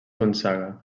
gonçaga